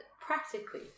practically